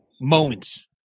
moments